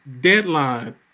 deadline